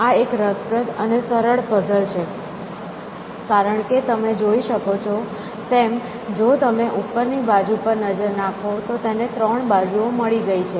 આ એક રસપ્રદ અને સરળ પઝલ છે કારણ કે તમે જોઈ શકો છો તેમ જો તમે ઉપરની બાજુ પર નજર નાખો તો તેને ત્રણ બાજુઓ મળી ગઈ છે